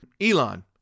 Elon